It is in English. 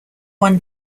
one